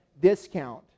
discount